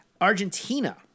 Argentina